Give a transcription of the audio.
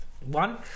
One